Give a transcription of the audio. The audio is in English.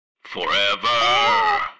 forever